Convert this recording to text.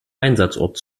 einsatzort